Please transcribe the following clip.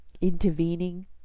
intervening